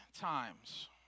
times